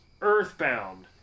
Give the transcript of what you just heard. Earthbound